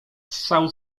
ssał